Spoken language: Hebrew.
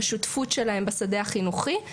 בשותפות שלהם בשדה החינוכי,